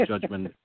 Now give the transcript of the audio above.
judgment